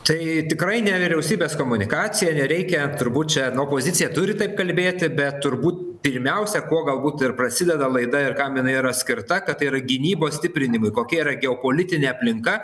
tai tikrai ne vyriausybės komunikacija nereikia turbūt čia opozicija turi taip kalbėti bet turbūt pirmiausia ko galbūt ir prasideda laida ir kam jinai yra skirta kad tai yra gynybos stiprinimui kokia yra geopolitinė aplinka